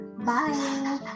Bye